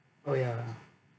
oh ya